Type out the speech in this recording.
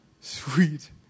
Sweet